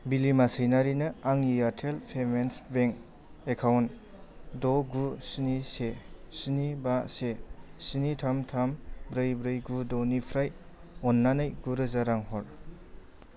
बिलिमा सैनारिनो आंनि Airtel payments bank account द' गु स्नि से स्नि बा से स्नि थाम थाम ब्रै ब्रै गु द' निफ्राय अन्नानै गु रोजा रां हर